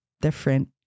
different